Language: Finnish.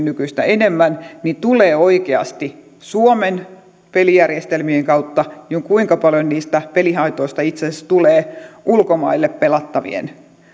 nykyistä enemmän tulee oikeasti suomen pelijärjestelmien kautta ja kuinka paljon niistä pelihaitoista itse asiassa tulee ulkomaille pelattavien